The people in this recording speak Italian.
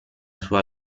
sua